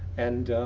and